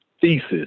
thesis